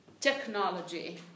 technology